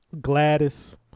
Gladys